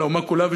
של האומה כולה,